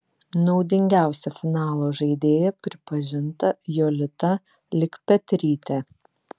naudingiausia finalo žaidėja pripažinta jolita likpetrytė